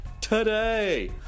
today